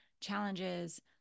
challenges